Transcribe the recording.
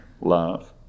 love